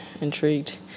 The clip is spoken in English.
intrigued